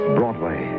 Broadway